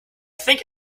think